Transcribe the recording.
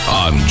on